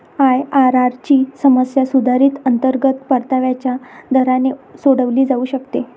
IRR ची समस्या सुधारित अंतर्गत परताव्याच्या दराने सोडवली जाऊ शकते